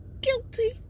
guilty